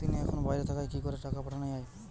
তিনি এখন বাইরে থাকায় কি করে টাকা পাঠানো য়ায়?